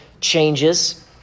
changes